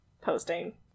posting